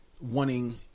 wanting